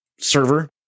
server